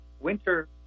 winter